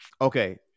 Okay